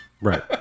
Right